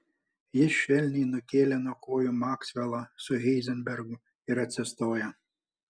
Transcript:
jis švelniai nukėlė nuo kojų maksvelą su heizenbergu ir atsistojo